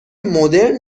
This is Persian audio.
مدرن